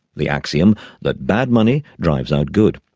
the axiom that bad money drives out good.